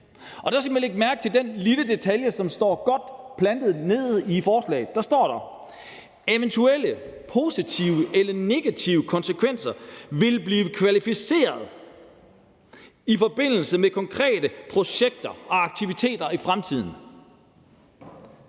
Der skal man lægge mærke til den lille detalje, som står godt plantet nede i forslaget. Der står: »Eventuelle positive og/eller negative konsekvenser vil blive kvantificeret i forbindelse med de konkrete projekter og aktiviteter, som i fremtiden